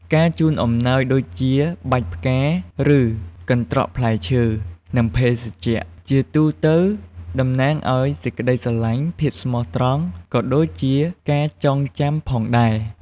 ការជូនអំណោយដូចជាបាច់ផ្កា ឬ កន្ត្រកផ្លែឈើ និងភេសជ្ជៈ ជាទូទៅតំណាងឱ្យសេចក្ដីស្រឡាញ់ ភាពស្មោះត្រង់ ក៏ដូចជាការចងចាំផងដែរ។